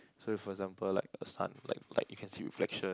so if for example like a Sun like like you can see reflection